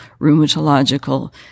rheumatological